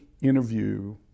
interview